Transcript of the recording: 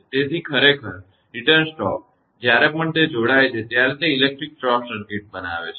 તેથી ખરેખર return stroke જ્યારે પણ તે જોડાય છે ત્યારે તે ઇલેક્ટ્રિક શોર્ટ સર્કિટ બનાવે છે